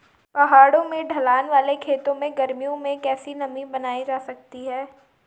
पहाड़ों में ढलान वाले खेतों में गर्मियों में कैसे नमी बनायी रखी जा सकती है?